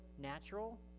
natural